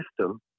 system